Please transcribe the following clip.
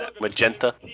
Magenta